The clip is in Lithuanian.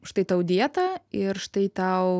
štai tau dieta ir štai tau